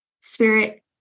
spirit